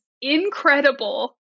incredible